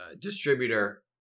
distributor